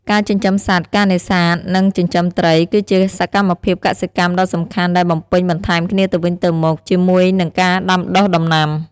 ការចិញ្ចឹមសត្វ ការនេសាទ និង ចិញ្ចឹមត្រី គឺជាសកម្មភាពកសិកម្មដ៏សំខាន់ដែលបំពេញបន្ថែមគ្នាទៅវិញទៅមកជាមួយនឹងការដាំដុះដំណាំ។